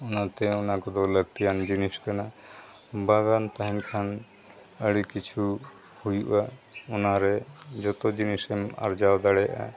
ᱚᱱᱟᱛᱮ ᱚᱱᱟ ᱠᱚᱫᱚ ᱞᱟᱹᱠᱛᱤᱭᱟᱱ ᱡᱤᱱᱤᱥ ᱠᱟᱱᱟ ᱵᱟᱜᱟᱱ ᱛᱟᱦᱮᱱ ᱠᱷᱟᱱ ᱟᱹᱰᱤ ᱠᱤᱪᱷᱩ ᱦᱩᱭᱩᱜᱼᱟ ᱚᱱᱟ ᱨᱮ ᱡᱚᱛᱚ ᱡᱤᱱᱤᱥ ᱮᱢ ᱟᱨᱡᱟᱣ ᱫᱟᱲᱮᱭᱟᱜᱼᱟ